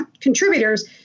contributors